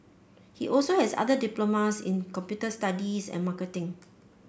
he also has other diplomas in computer studies and marketing